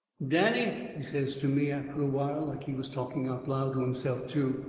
danny, he says to me, after a while, like he was talking out loud to himself too,